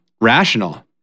rational